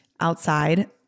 outside